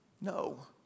No